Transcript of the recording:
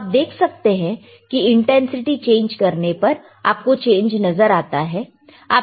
तो आप देख सकते हैं कि इंटेंसिटी चेंज करने पर आपको चेंज नजर आता है